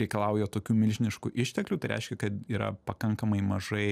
reikalauja tokių milžiniškų išteklių tai reiškia kad yra pakankamai mažai